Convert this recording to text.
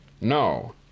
No